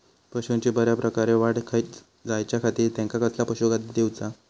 पशूंची बऱ्या प्रकारे वाढ जायच्या खाती त्यांका कसला पशुखाद्य दिऊचा?